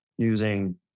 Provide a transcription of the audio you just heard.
using